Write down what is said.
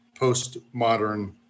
postmodern